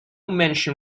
mention